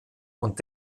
und